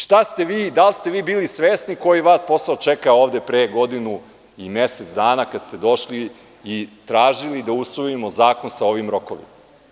Šta ste vi i da li ste vi bili svesni koji vas posao čeka ovde pre godinu i mesec dana, kada ste došli i tražili da usvojimo zakon sa ovim rokovima?